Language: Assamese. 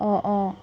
অঁ অঁ